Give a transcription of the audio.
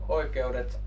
oikeudet